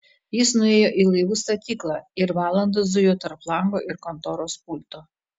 jis nuėjo į laivų statyklą ir valandą zujo tarp lango ir kontoros pulto